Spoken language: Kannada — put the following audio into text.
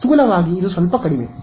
ಇದು ಕಡಿಮೆ